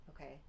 Okay